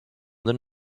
than